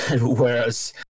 Whereas